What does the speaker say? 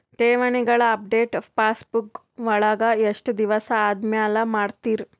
ಠೇವಣಿಗಳ update passbook ವಳಗ ಎಷ್ಟ ದಿವಸ ಆದಮೇಲೆ ಮಾಡ್ತಿರ್?